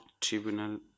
tribunal